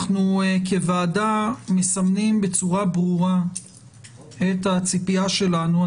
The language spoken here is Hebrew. אנחנו כוועדה מסמנים בצורה ברורה את הציפייה שלנו,